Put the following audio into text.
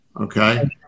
Okay